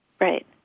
right